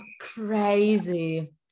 Crazy